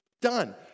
Done